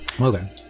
okay